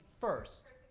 first